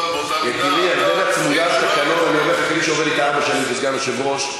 כמי שעובד אתה ארבע שנים כסגן יושב-ראש,